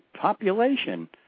population